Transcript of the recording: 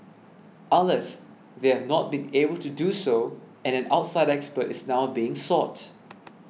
Alas they have not been able to do so and an outside expert is now being sought